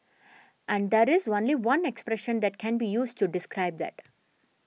and there's only one expression that can be used to describe that